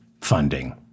funding